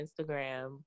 Instagram